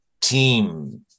team